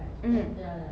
mm